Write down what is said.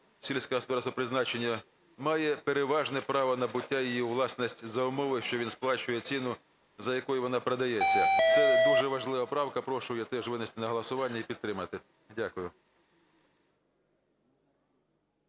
сільськогосподарського призначення, має переважене право набуття її у власність за умови, що він сплачує ціну, за якою вона продається". Це дуже важлива правка. Прошу її теж винести на голосування і підтримати. Дякую.